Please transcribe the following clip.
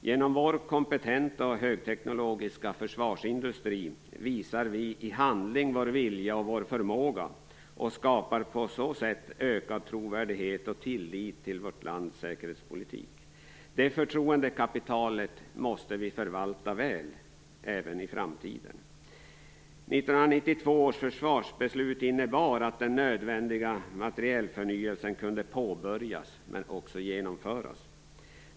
Genom vår kompetenta och högteknologiska försvarsindustri visar vi i handling vår vilja och vår förmåga och skapar på så sätt ökad trovärdighet och tillit till vårt lands säkerhetspolitik. Det förtroendekapitalet måste vi förvalta väl även i framtiden. 1992 års försvarsbeslut innebar att den nödvändiga materielförnyelsen kunde påbörjas, men också genomföras.